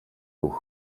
ruch